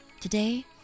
Today